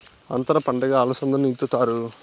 అంతర పంటగా అలసందను ఇత్తుతారు